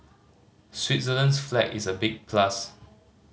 Switzerland's flag is a big plus